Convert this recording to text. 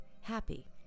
happy